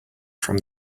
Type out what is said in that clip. from